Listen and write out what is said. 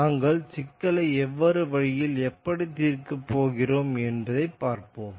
நாங்கள் சிக்கலை வேறு வழியில் எப்படி தீர்க்கிறோம் என்று பார்ப்போம்